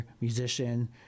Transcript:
musician